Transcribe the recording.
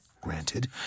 Granted